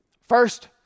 First